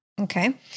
Okay